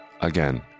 Again